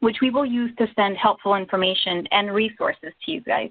which we will use to send helpful information and resources to you guys.